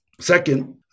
Second